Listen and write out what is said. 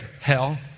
Hell